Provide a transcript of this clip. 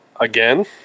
again